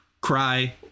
cry